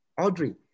Audrey